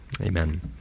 Amen